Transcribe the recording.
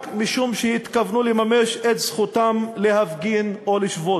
רק משום שהתכוונו לממש את זכותם להפגין או לשבות.